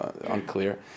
unclear